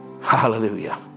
Hallelujah